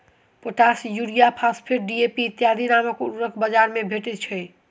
potash, urea, phosphate, DAP इत्यादि नामक उर्वरक बाजार मे भेटैत छै